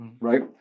Right